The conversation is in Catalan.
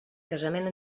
casament